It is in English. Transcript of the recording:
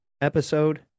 episode